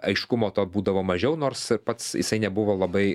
aiškumo to būdavo mažiau nors ir pats jisai nebuvo labai